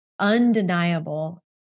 undeniable